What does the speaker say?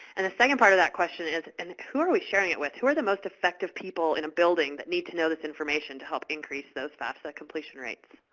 and the second part of that question is and who are we sharing it with? who are the most effective people in a building that need to know this information to help increase those fafsa completion rates?